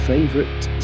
Favorite